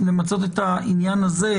נכנסים באותו סל.